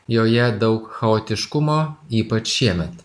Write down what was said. joje daug chaotiškumo ypač šiemet